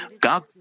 God